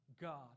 God